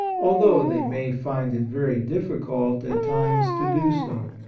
although they may find it very difficult at times to do so.